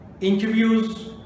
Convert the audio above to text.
Interviews